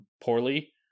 poorly